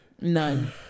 none